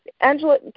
Angela